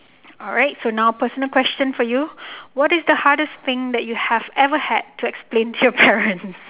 alright so now personal question for you what is the hardest thing that you have ever had to explain to your parents